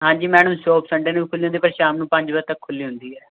ਹਾਂਜੀ madam shop Sunday ਨੂੰ ਵੀ ਖੁੱਲ੍ਹੀ ਹੁੰਦੀ ਪਰ ਸ਼ਾਮ ਨੂੰ ਪੰਜ ਵਜੇ ਤੱਕ ਖੁੱਲ੍ਹੀ ਹੁੰਦੀ ਹੈ